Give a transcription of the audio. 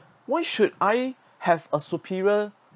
why should I have a superior